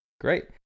Great